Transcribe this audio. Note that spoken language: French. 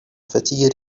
fatiguer